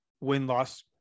win-loss